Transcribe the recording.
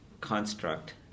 construct